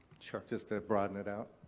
sure. just to broaden it out.